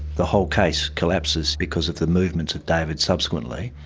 the whole case collapses because of the movements of david subsequently,